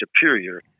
superior